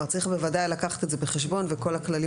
צריך בוודאי לקחת את זה בחשבון וכל הכללים